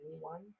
One